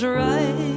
right